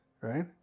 right